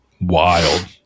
wild